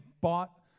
bought